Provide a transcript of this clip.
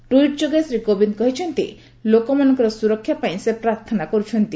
tweet ଯୋଗେ ଶ୍ରୀ କୋବିନ୍ଦ କହିଛନ୍ତି ଲୋକମାନଙ୍କର ସୁରକ୍ଷା ପାଇଁ ସେ ପ୍ରାର୍ଥନା କରିଛନ୍ତି